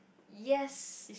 yes